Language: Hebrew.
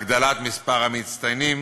הגדלת מספר המצטיינים,